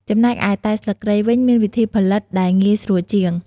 ចំណែកឯ តែស្លឹកគ្រៃ វិញ មានវិធីផលិតដែលងាយស្រួលជាង។